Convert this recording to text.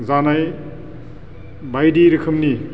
जानाय बायदि रोखोमनि